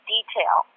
Detail